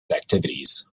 activities